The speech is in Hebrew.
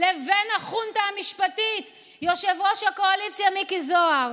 לבין החונטה המשפטית" יושב-ראש הקואליציה מיקי זוהר.